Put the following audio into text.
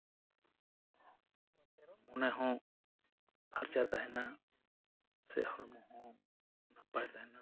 ᱢᱚᱱᱮ ᱦᱚᱸ ᱯᱷᱟᱨᱪᱟ ᱛᱟᱦᱮᱸᱱᱟ ᱥᱮ ᱦᱚᱲᱢᱚ ᱦᱚᱸ ᱱᱟᱯᱟᱭ ᱛᱟᱦᱮᱸᱱᱟ